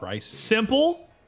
simple